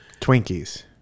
twinkies